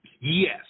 Yes